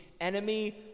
Enemy